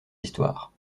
histoires